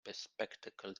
bespectacled